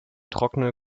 trockene